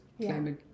climate